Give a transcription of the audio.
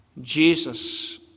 Jesus